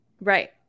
Right